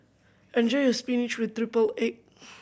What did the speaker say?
enjoy your spinach with triple egg